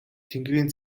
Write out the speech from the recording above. тэнгэрийн